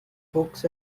books